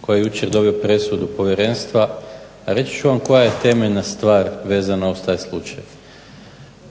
koji je jučer dobio presudu povjerenstva. Reći ću vam koja je temeljna stvar vezana uz taj slučaj.